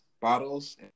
bottles